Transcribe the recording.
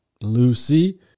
Lucy